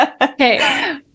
Okay